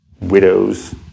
widows